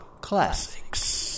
classics